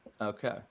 Okay